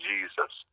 Jesus